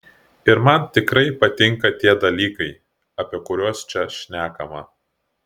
ir man tikrai patinka tie dalykai apie kuriuos čia šnekama